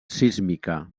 sísmica